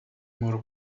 more